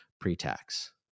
pre-tax